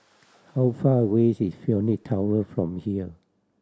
how far away is Phoenix Tower from here